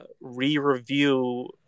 re-review